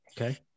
Okay